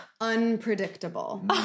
Unpredictable